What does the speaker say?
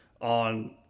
on